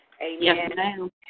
Amen